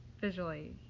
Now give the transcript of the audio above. visually